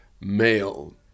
male